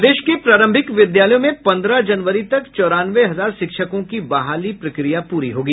प्रदेश के प्रारंभिक विद्यालयों में पन्द्रह जनवरी तक चौरानवें हजार शिक्षकों की बहाली प्रक्रिया प्री होगी